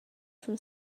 from